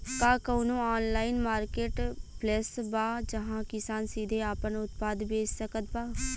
का कउनों online marketplace बा जहां किसान सीधे आपन उत्पाद बेच सकत बा?